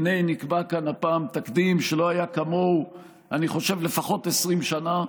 נקבע כאן הפעם תקדים שלא היה כמוהו לפחות 20 שנה,